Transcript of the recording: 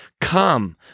Come